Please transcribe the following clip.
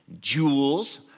jewels